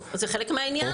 בוודאי, זה חלק מהעניין.